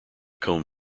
comb